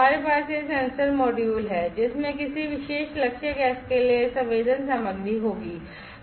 हमारे पास यह सेंसर मॉड्यूल है जिसमें किसी विशेष लक्ष्य गैस के लिए यह संवेदन सामग्री होगी